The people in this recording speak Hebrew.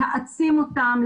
להעצים אותם,